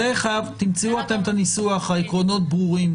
תמצאו אתם את הניסוח, העקרונות ברורים.